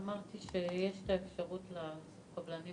אמרתי שיש אפשרות לקבלנים